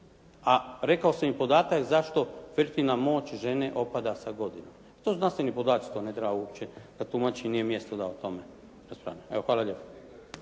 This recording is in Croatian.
A rekao sam i podatak zašto fertilna moć žene opada sa godinama. To su znanstveni podaci. To ne treba uopće da tumačim, nije mjesto da o tome raspravljamo.